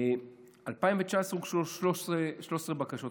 ב-2019 הוגשו 13 בקשות.